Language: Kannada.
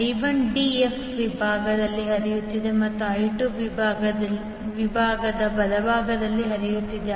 I1 d f ವಿಭಾಗದಲ್ಲಿ ಹರಿಯುತ್ತಿದೆ ಮತ್ತು I2 ವಿಭಾಗದ ಬಲಭಾಗದಲ್ಲಿ ಹರಿಯುತ್ತಿದೆ